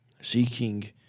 seeking